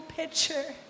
picture